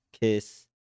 kiss